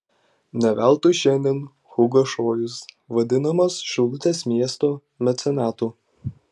ne veltui šiandien hugo šojus vadinamas šilutės miesto mecenatu